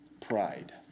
pride